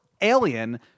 alien